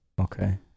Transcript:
Okay